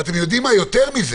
יותר מזה